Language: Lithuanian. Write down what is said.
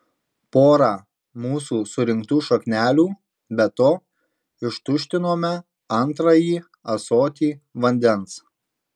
porą mūsų surinktų šaknelių be to ištuštinome antrąjį ąsotį vandens